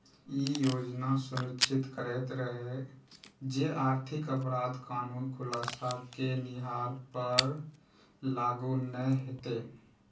ई योजना सुनिश्चित करैत रहै जे आर्थिक अपराध कानून खुलासा केनिहार पर लागू नै हेतै